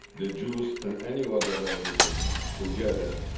the jews and any other religion together.